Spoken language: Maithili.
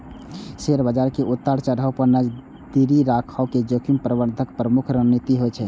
शेयर बाजार के उतार चढ़ाव पर नजरि राखब जोखिम प्रबंधनक प्रमुख रणनीति होइ छै